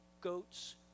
goats